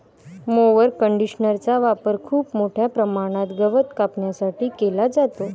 mower कंडिशनरचा वापर खूप मोठ्या प्रमाणात गवत कापण्यासाठी केला जातो